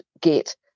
get